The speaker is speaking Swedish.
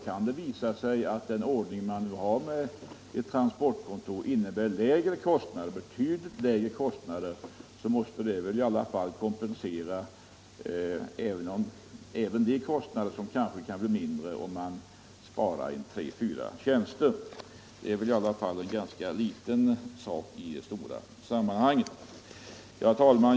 Kan det visa sig att den ordning man nu har med ett transportkontor innebär betydligt lägre kostnader, så måste det väl kompensera även den kostnadsminskning som det kan bli om man sparar in några tjänster — det är väl ändå en ganska liten sak i det stora sammanhanget. Herr talman!